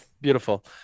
Beautiful